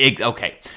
Okay